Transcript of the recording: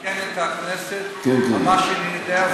יש לי אפשרות לעדכן את הכנסת על מה שאני יודע?